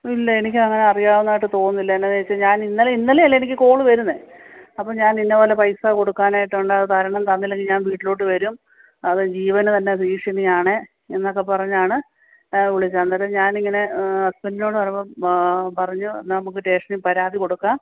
ഇല്ല എനിക്ക് അങ്ങനെ അറിയാവുന്നതായിട്ട് തോന്നുന്നില്ല എന്താണെന്നുവെച്ചാൽ ഞാൻ ഇന്നലെ ഇന്നലെയല്ലേ എനിക്ക് കോൾ വരുന്നത് അപ്പോൾ ഞാൻ ഇന്ന പോലെ പൈസ കൊടുക്കാനായിട്ടുണ്ട് അത് തരണം തന്നില്ലെങ്കിൽ ഞാൻ വീട്ടിലോട്ടു വരും അത് ജീവന് തന്നെ ഭീഷണിയാണ് എന്നൊക്കെ പറഞ്ഞാണ് വിളിച്ച് അന്നേരം ഞാൻ ഇങ്ങനെ ഹസ്ബൻറ്റിനോട് പറയുമ്പം പറഞ്ഞു നമുക്ക് സ്റ്റേഷനിൽ പരാതി കൊടുക്കാം